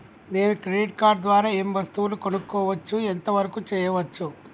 నేను credit card ద్వారా ఏం వస్తువులు కొనుక్కోవచ్చు ఎంత వరకు చేయవచ్చు?